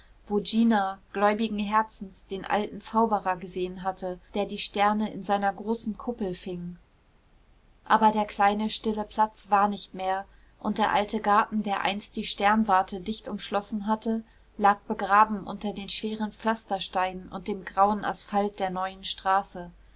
gina gläubigen herzens den alten zauberer gesehen hatte der die sterne in seiner großen kuppel fing aber der kleine stille platz war nicht mehr und der alte garten der einst die sternwarte dicht umschlossen hatte lag begraben unter den schweren pflastersteinen und dem grauen asphalt der neuen straße